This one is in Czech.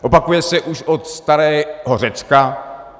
Opakuje se už od starého Řecka.